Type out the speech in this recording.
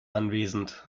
anwesend